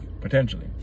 potentially